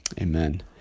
Amen